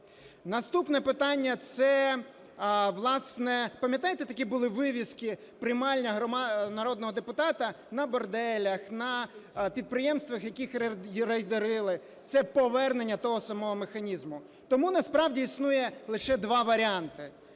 Наступне питання. Це, власне, пам'ятаєте, такі були вивіски "Приймальня народного депутата" на борделях, на підприємствах, які рейдерили, - це повернення того самого механізму. Тому насправді існує лише два варіанти.